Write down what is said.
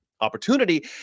opportunity